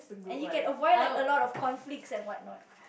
and you can avoid like a lot of conflicts and what not